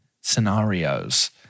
scenarios